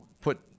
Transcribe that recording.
put